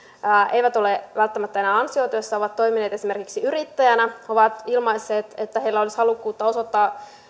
eivät ole välttämättä enää ansiotyössä tai ovat toimineet esimerkiksi yrittäjinä ovat ilmaisseet että heillä olisi halukkuutta osoittaa